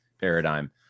paradigm